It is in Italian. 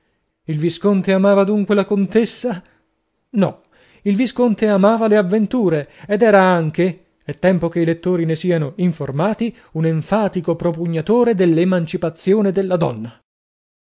il visconte amava dunque la contessa no il visconte amava le avventure ed era anche è tempo che i lettori ne siano informati un enfatico propugnatore dell'emancipazione della donna